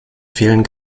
fehlen